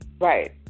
Right